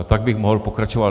A tak bych mohl pokračovat.